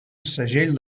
segell